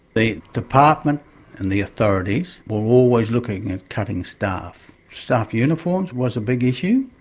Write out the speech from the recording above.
the department and the authorities were always looking at cutting staff. staff uniforms was a big issue,